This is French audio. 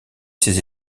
ses